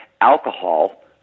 alcohol